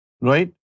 Right